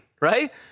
right